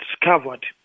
discovered